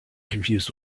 confused